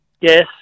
Yes